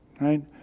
right